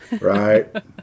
right